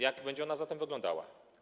Jak będzie ona zatem wyglądała?